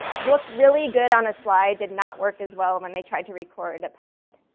looked really good on a slide did not work as well when they tried to record a pilot.